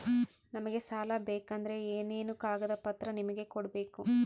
ನಮಗೆ ಸಾಲ ಬೇಕಂದ್ರೆ ಏನೇನು ಕಾಗದ ಪತ್ರ ನಿಮಗೆ ಕೊಡ್ಬೇಕು?